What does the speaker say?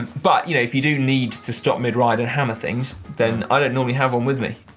but, you know if you do need to stop mid-ride and hammer things, then, i don't normally have one with me.